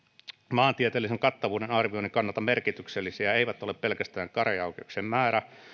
maantieteellisen kattavuuden arvioinnin kannalta merkityksellisiä eivät ole pelkästään käräjäoikeuksien määrä